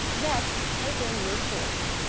next, type in your choice.